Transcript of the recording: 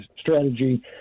strategy